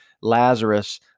Lazarus